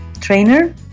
trainer